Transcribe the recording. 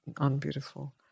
unbeautiful